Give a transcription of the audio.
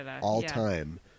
all-time